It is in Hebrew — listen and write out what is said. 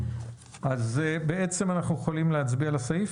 אנחנו יכולים להצביע על הסעיף?